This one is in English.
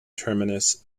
terminus